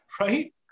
Right